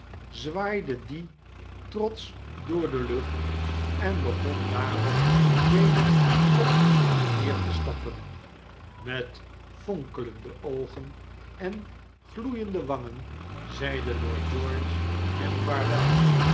zwaaide die trotsch door de lucht en begon daarop weder op en neer te stappen met fonkelende oogen en gloeiende wangen zeide lord george hem